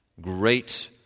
great